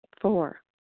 Four